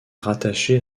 rattaché